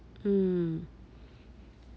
mm